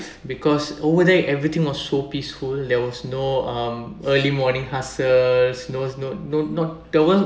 because over there everything was so peaceful there was no um early morning hassles no no no not there